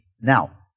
Now